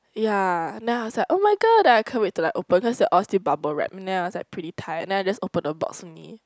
ya then I was like [oh]-my-god then I can't wait to like open then I see all still bubble wrap then I was like pretty tired then I just open the box only